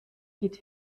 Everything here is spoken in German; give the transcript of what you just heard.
geht